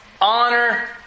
honor